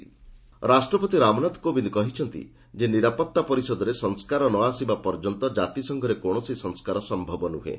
president ୟୁଏନ୍ଏସ୍କି ରାଷ୍ଟ୍ରପତି ରାମନାଥ କୋବିନ୍ଦ କହିଛନ୍ତି ଯେ ନିରାପତ୍ତା ପରିଷଦରେ ସଂସ୍କାର ନ ଆସିବା ପର୍ଯ୍ୟନ୍ତ ଜାତିସଂଘରେ କୌଣସି ସଂସ୍କାର ସମ୍ଭବ ନୁହେଁ